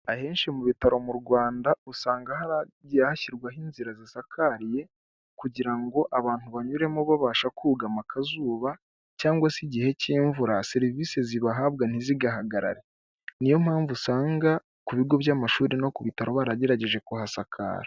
Ahenshi mu bitaro mu Rwanda usanga haragiye hashyirwaho inzira zisakariye, kugira ngo abantu banyuremo babasha kugama akazuba, cyangwa se igihe cy'imvura serivie zibahabwa ntizigahagarare. Ni yo mpamvu usanga ku bigo by'amashuri no ku bitaro baragerageje kuhasakara.